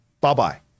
bye-bye